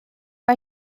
mae